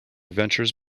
ventures